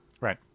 Right